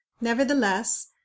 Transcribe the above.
nevertheless